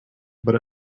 but